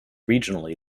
regionally